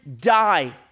die